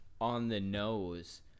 on-the-nose